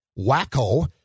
wacko